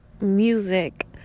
music